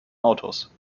autos